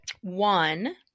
One